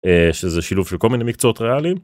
יש איזה שילוב של כל מיני מקצועות ריאליים.